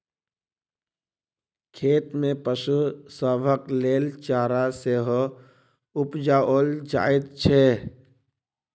खेत मे पशु सभक लेल चारा सेहो उपजाओल जाइत छै